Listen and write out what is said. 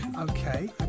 Okay